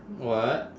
what